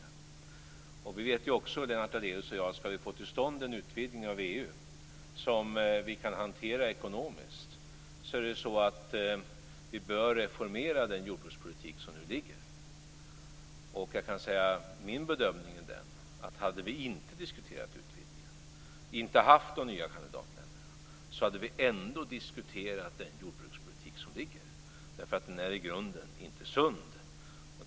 Lennart Daléus och jag vet också att för att vi skall få till stånd en utvidgning av EU som vi kan hantera ekonomiskt bör vi reformera den jordbrukspolitik som nu ligger. Min bedömning är att vi, även om vi inte hade diskuterat utvidgningen och inte hade haft de nya kandidatländerna, skulle ha diskuterat den jordbrukspolitik som ligger därför att den i grunden inte är sund.